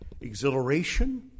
exhilaration